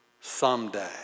someday